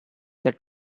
that